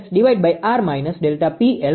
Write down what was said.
તો આપણને મળશે